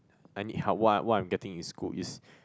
I need help what what I'm getting is good is